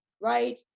right